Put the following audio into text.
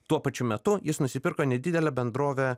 tuo pačiu metu jis nusipirko nedidelę bendrovę